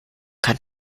kann